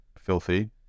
filthy